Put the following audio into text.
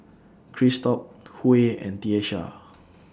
Christop Huey and Tiesha